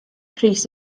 pris